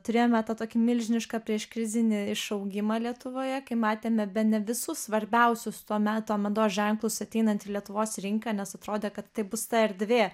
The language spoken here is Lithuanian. turėjome tą tokį milžinišką prieškrizinį išaugimą lietuvoje kai matėme bene visus svarbiausius to meto mados ženklus ateinant į lietuvos rinką nes atrodė kad tai bus ta erdvė